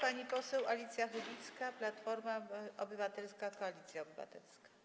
Pani poseł Alicja Chybicka, Platforma Obywatelska - Koalicja Obywatelska.